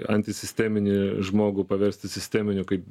antisisteminį žmogų paversti sisteminiu kaip